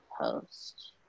post